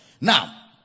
Now